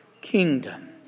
kingdom